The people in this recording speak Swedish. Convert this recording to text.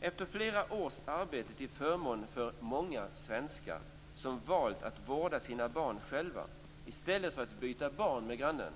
Efter flera års arbete till förmån för många svenskar som valt att vårda sina barn själva i stället för att "byta barn" med grannen